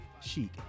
chic